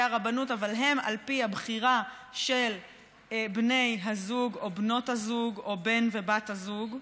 הרבנות אבל הם על פי הבחירה של בני הזוג או בנות הזוג או בן ובת הזוג,